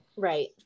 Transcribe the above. Right